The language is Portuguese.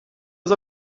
aos